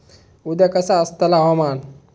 उद्या कसा आसतला हवामान?